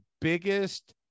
biggest